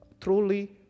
Truly